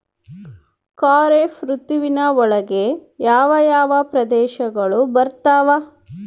ಖಾರೇಫ್ ಋತುವಿನ ಒಳಗೆ ಯಾವ ಯಾವ ಪ್ರದೇಶಗಳು ಬರ್ತಾವ?